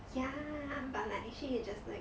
ya but like actually you just like